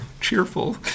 cheerful